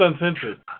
Uncensored